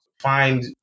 find